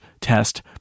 test